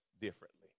differently